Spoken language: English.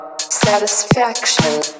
satisfaction